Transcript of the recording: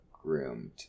groomed